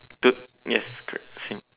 two yes correct same